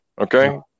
okay